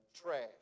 trash